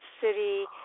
City